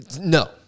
no